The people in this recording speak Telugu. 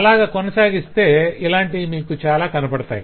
అలాగే కొనసాగిస్తే ఇలాంటివి ఇంకా కనపడతాయి